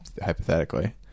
hypothetically